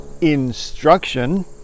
instruction